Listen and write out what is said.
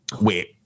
Wait